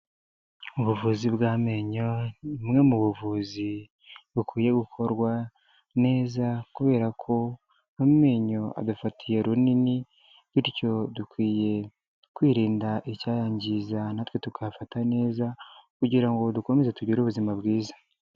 Ubuvuzi bw'amenyo ni bumwe mu buvuzi bukwiye gukorwa neza, kubera ko amenyo adufatiye runini bityo dukwiye kwirinda icyayangiza natwe tukayafata neza, kugira ngo dukomeze tugire ubuzima bwiza.